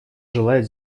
желает